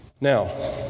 Now